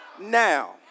now